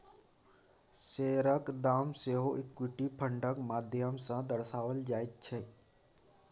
शेयरक दाम सेहो इक्विटी फंडक माध्यम सँ दर्शाओल जाइत छै